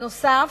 בנוסף,